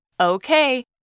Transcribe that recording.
Okay